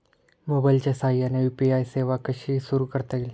मोबाईलच्या साहाय्याने यू.पी.आय सेवा कशी सुरू करता येईल?